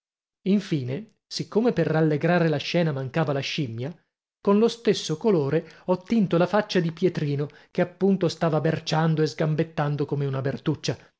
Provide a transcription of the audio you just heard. infine siccome per rallegrare la scena mancava la scimmia con lo stesso colore ho tinto la faccia di pietrino che appunto stava berciando e sgambettando come una bertuccia